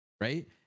right